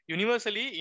Universally